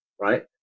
right